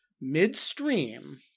midstream